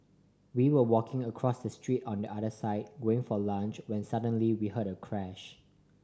we were walking across the street on the other side when for lunch when suddenly we heard a crash